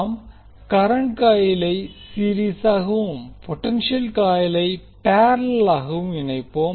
நாம் கரண்ட் காயிலை சீரிஸ் ஆகவும் பொடென்ஷியல் காயிலை பேரலல் ஆகவும் இணைப்போம்